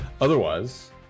otherwise